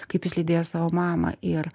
kaip jis lydėjo savo mamą ir